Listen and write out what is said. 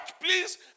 please